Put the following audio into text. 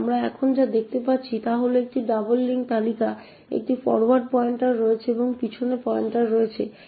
তাই আমরা এখানে যা দেখতে পাচ্ছি তা হল একটি ডাবল লিঙ্ক তালিকা একটি ফরোয়ার্ড পয়েন্টার রয়েছে এবং পিছনে পয়েন্টার রয়েছে